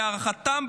להערכתם,